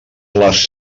les